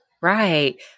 Right